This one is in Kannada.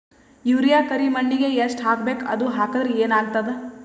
ಯೂರಿಯ ಕರಿಮಣ್ಣಿಗೆ ಎಷ್ಟ್ ಹಾಕ್ಬೇಕ್, ಅದು ಹಾಕದ್ರ ಏನ್ ಆಗ್ತಾದ?